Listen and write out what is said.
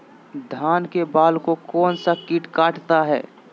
धान के बाल को कौन सा किट काटता है?